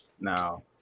Now